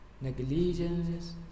negligence